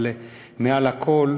אבל מעל הכול,